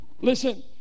Listen